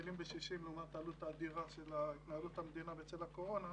בטלים ב-60 לעומת העלות האדירה של התנהלות המדינה בצל הקורונה,